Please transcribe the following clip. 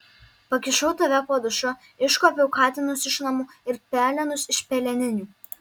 pakišau tave po dušu iškuopiau katinus iš namų ir pelenus iš peleninių